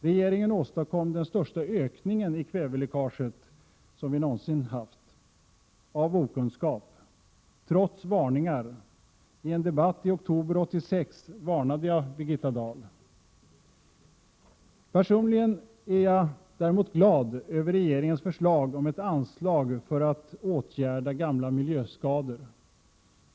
Regeringen åstadkom den största ökningen av kväveläckaget som vi någonsin haft — av okunskap, trots varningar. I en debatt i oktober 1986 varnade jag Birgitta Dahl. Personligen är jag däremot glad över regeringens förslag om ett anslag till att åtgärda gamla miljöskador.